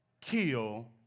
kill